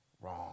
wrong